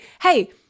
hey